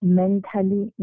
mentally